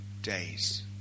days